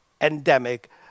endemic